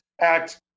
Act